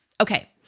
Okay